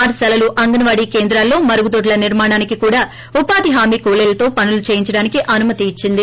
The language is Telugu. పాఠశాలలు అంగన్నాడీ కేంద్రాల్లో మరుగుదొడ్ల నిర్మాణానికి కూడా ఉపాధిహామీ కూలీలతో పనులు చేయించటానికి అనుమతిచ్చింది